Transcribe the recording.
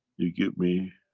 you give me